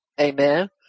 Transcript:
amen